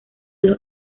los